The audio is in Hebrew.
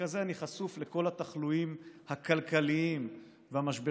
וככזה אני חשוף לכל התחלואים הכלכליים והמשברים